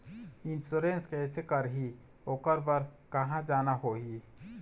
Insurance कैसे करही, ओकर बर कहा जाना होही?